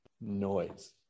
Noise